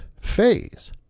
phase